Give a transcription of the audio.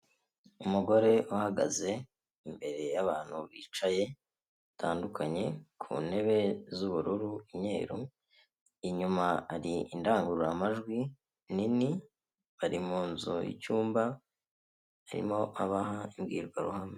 Umugore uhagaze imbere y'abantu bicaye batandukanye ku ntebe z'ubururu, imyeru, inyuma hari indangururamajwi nini bari mu nzu y'icyumba arimo abaha imbwirwaruhame.